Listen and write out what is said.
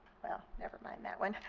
well, never mind that one.